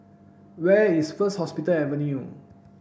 where is First Hospital Avenue